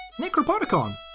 Necropodicon